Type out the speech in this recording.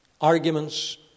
Arguments